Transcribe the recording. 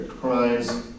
crimes